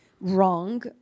wrong